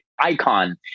icon